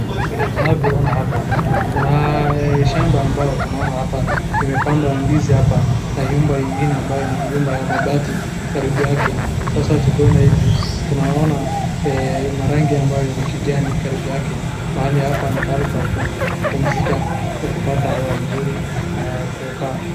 Vile tunavyo ona hapa kuna shamba ambayo tunaona hapa imepandwa ndizi hapa na nyumba ingine ambayo ni nyumba ya mabati karibu yake. asa tukaona hivi tunaona marangi ambayo ni kijani karibu yake mahali hapa ni pahali pa kupumzika na kupata hewa mzuri na kukaa.